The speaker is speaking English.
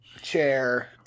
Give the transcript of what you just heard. chair